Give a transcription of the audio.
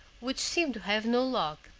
which seemed to have no lock,